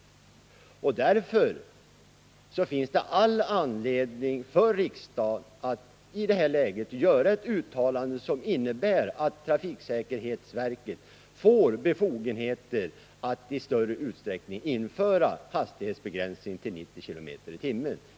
Det finns därför ur säkerhetssynpunkt all anledning för riksdagen att göra ett uttalande till regeringen som innebär att trafiksäkerhetsverket får befogenheter att i större utsträckning införa hastighetsbegränsning till 90 km i timmen.